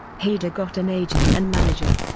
hader got an agent and manager.